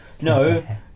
no